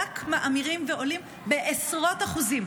רק מאמירים ועולים בעשרות אחוזים.